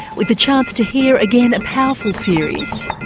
with a chance to hear again a powerful series.